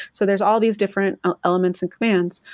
so there's all these different elements and commands.